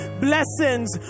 blessings